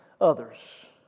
others